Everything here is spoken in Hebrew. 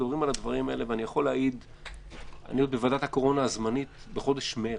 אני בוועדת הקורונה הזמנית ובחודש מרץ,